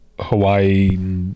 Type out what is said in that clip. hawaii